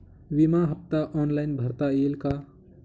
विमा हफ्ता ऑनलाईन भरता येईल का?